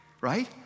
right